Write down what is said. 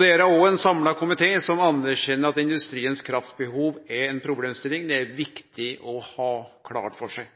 Det er òg ein samla komité som anerkjenner at industrien sitt kraftbehov er ei problemstilling. Det er det viktig å ha klart for seg.